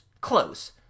close